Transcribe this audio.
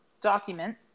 document